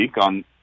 on